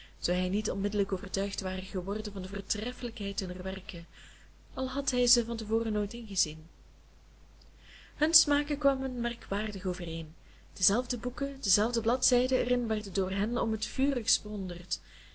zoo hij niet onmiddellijk overtuigd ware geworden van de voortreffelijkheid hunner werken al had hij ze van te voren nooit ingezien hun smaken kwamen merkwaardig overeen dezelfde boeken dezelfde bladzijden erin werden door hen om het vurigst bewonderd